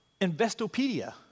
Investopedia